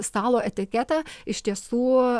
stalo etiketą iš tiesų